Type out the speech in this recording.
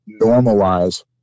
normalize